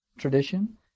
Tradition